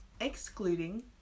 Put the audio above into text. excluding